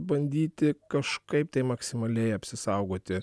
bandyti kažkaip tai maksimaliai apsisaugoti